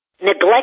Neglect